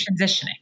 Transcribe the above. transitioning